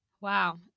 Wow